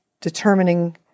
determining